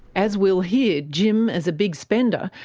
as we'll hear, jim, as a big spender,